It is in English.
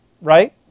right